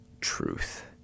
truth